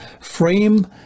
frame